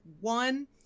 One